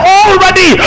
already